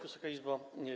Wysoka Izbo!